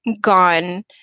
gone